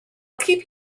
keep